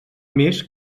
més